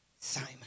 Simon